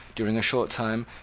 during a short time,